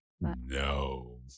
No